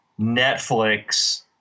Netflix –